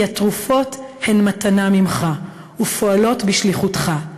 כי התרופות הן מתנה ממך ופועלות בשליחותך.